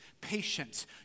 patience